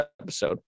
episode